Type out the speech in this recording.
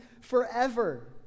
forever